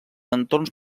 entorns